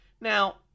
Now